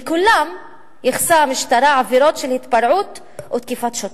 לכולם ייחסה המשטרה עבירות של התפרעות ותקיפת שוטרים.